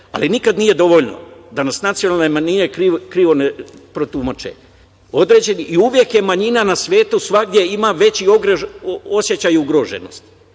ali nikada nije dovoljno, da nas nacionalne manjine krivo ne protumače. Uvek je manjina na svetu ima veći osećaj ugroženosti